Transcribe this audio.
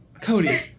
Cody